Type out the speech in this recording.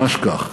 ממש כך,